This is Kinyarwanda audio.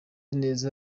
neza